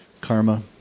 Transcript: karma